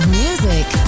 music